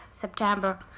September